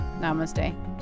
namaste